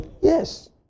Yes